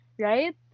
right